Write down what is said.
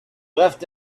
left